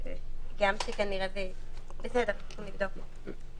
אנחנו נבדוק את זה.